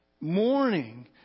Mourning